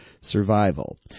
survival